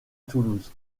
toulouse